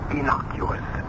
innocuous